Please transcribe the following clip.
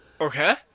Okay